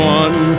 one